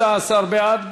16 בעד.